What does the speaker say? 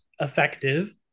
effective